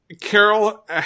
Carol